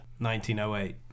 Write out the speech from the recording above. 1908